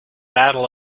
battle